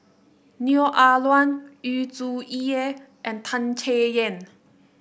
Neo Ah Luan Yu Zhuye and Tan Chay Yan